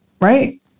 right